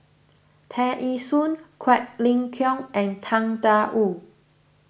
Tear Ee Soon Quek Ling Kiong and Tang Da Wu